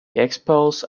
expos